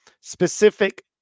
specific